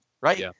right